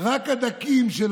רק הדקים, של